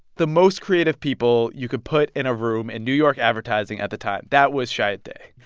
the most creative people you could put in a room in new york advertising at the time. that was chiat day.